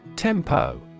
Tempo